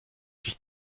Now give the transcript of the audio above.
sich